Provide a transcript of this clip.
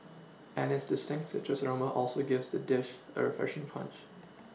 and its distinct citrus aroma also gives the dish a refreshing punch